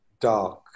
dark